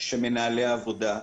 שמנהלי העבודה,